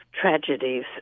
tragedies